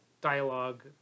dialogue